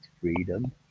freedom